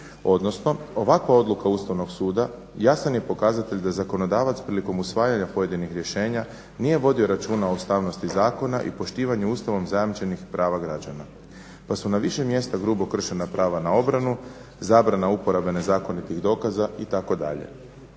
odnosno ovakva odluka Ustavnog suda jasan je pokazatelj da zakonodavac prilikom usvajanja pojedinih rješenja nije vodio računa o ustavnosti zakona i poštivanju Ustavom zajamčenih prava građana, pa su na više mjesta grubo kršena prava na obranu, zabrana uporabe nezakonitih dokaza itd.